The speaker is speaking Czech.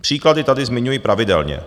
Příklady tady zmiňuji pravidelně.